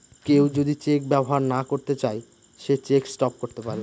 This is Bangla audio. কেউ যদি চেক ব্যবহার না করতে চাই সে চেক স্টপ করতে পারবে